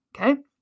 okay